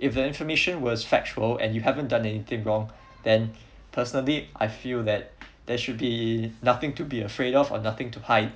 if the information was factual and you haven't done anything wrong then personally I feel that that should be nothing to be afraid of or nothing to hide